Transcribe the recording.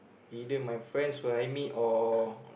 either my friends who I meet or